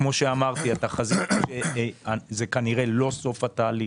וכמו שאמרתי, כנראה זה לא סוף התהליך,